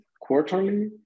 quarterly